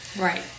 Right